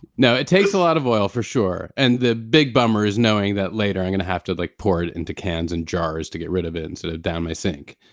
no, it takes a lot of oil for sure. and the big bummer is knowing that later, i'm going to have to like pour it into cans and jars to get rid of it instead of down my sink.